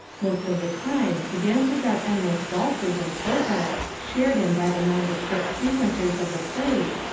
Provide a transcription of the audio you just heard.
most of the time the dances are endless waltzes and polkas shared in by the nondescript frequenters of the place,